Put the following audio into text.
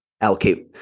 allocate